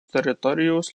teritorijos